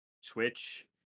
Switch